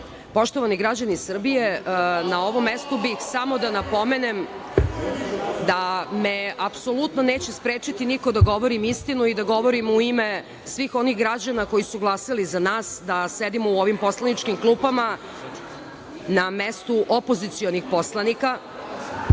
možete? Poštovani građani Srbije, na ovom mestu bih samo da napomenem da me apsolutno neće sprečiti niko da govorim istinu i da govorim u ime svih onih građana koji su glasali za nas da sedimo u ovim poslaničkim klupama na mestu opozicionih poslanika. Naime,